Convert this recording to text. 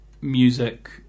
music